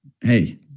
hey